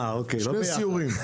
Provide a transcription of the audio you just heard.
שני סיורים.